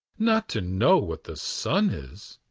not to know what the sun is.